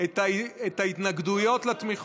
בלב פתוח, את ההתנגדויות לתמיכות.